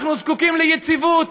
אנחנו זקוקים ליציבות,